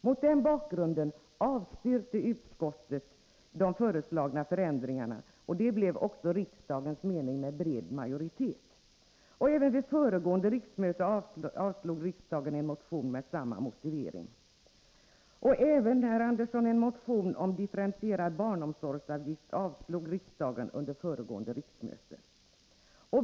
Mot den bakgrunden avstyrkte utskottet de föreslagna förändringarna, och det blev också riksdagens mening, med bred majoritet. Även vid föregående riksmöte avslog riksdagen en motion med samma motivering. En motion om differentierad barnomsorgsavgift avslogs också av riksdagen under föregående riksmöte, herr Andersson.